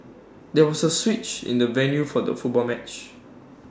there was A switch in the venue for the football match